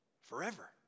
forever